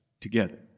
together